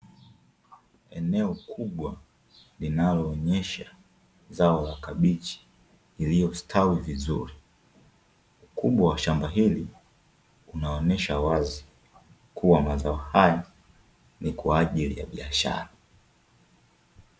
Eneo kubwa linaloonyesha zao la kabichi lililostawi vizuri. Ukubwa wa shamba hili unaonesha wazi kuwa mazao haya ni kwa ajili ya biashara.